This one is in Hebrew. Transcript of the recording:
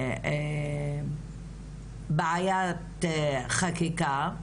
בעיית חקיקה.